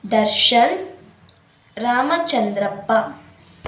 Darshan Ramachandrappa